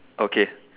okay